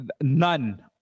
None